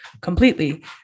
completely